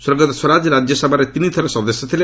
ସ୍ୱର୍ଗତ ସ୍ୱରାଜ ରାଜ୍ୟସଭାରେ ତିନି ଥର ସଦସ୍ୟ ଥିଲେ